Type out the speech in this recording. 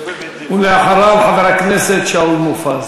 ואחריו, חבר הכנסת שאול מופז.